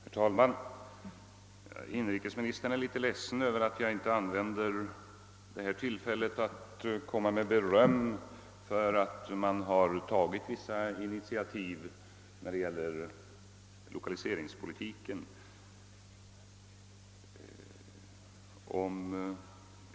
Herr talman! Inrikesministern är litet ledsen över att jag inte använder detta tillfälle till att uttala beröm för att regeringen har tagit vissa initiativ när det gäller lokaliseringspolitiken.